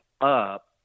up